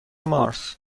مارس